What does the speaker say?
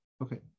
Okay